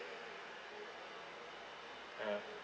uh